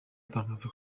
atangaza